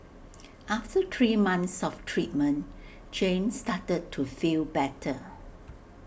after three months of treatment Jane started to feel better